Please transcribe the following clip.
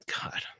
God